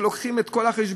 שעושים בו את כל החשבון,